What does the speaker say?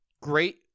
Great